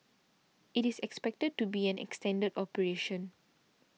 it is expected to be an extended operation